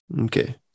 Okay